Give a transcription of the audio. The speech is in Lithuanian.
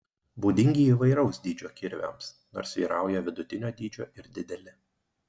būdingi įvairaus dydžio kirviams nors vyrauja vidutinio dydžio ir dideli